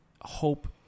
hope